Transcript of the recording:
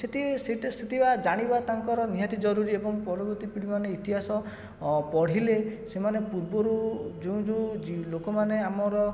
ସେତି ସେଇଠି ସେଇଟା ଜାଣିବା ତାଙ୍କର ନିହାତି ଜରୁରୀ ଏବଂ ପରବର୍ତ୍ତୀ ପିଢ଼ିମାନେ ଇତିହାସ ପଢ଼ିଲେ ସେମାନେ ପୂର୍ବରୁ ଯେଉଁ ଯେଉଁ ଲୋକମାନେ ଆମର